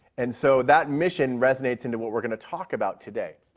and so that mission resonates into what we are going to talk about today.